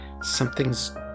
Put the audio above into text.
Something's